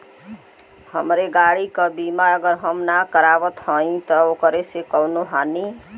हमरे गाड़ी क बीमा अगर हम ना करावत हई त ओकर से कवनों हानि?